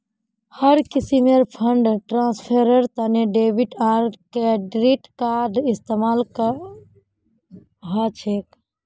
हर किस्मेर फंड ट्रांस्फरेर तने डेबिट आर क्रेडिट कार्डेर इस्तेमाल ह छे